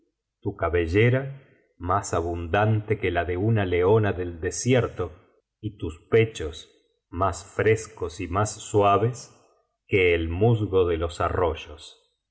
tu cabellera mas abundante que la de una leona del desierto y tus pechos más frescos y más suaves que el musgo de los arroyos